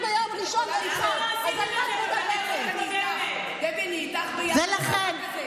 הנתונים מצביעים על כך שחיילים משוחררים משתלבים כשלוש